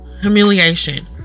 humiliation